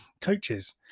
coaches